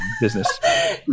business